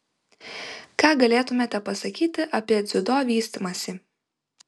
ką galėtumėte pasakyti apie dziudo vystymąsi